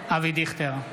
אבי דיכטר,